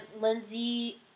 Lindsay